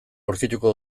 aurkituko